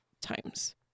times